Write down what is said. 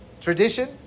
Tradition